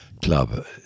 club